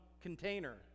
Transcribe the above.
container